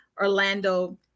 Orlando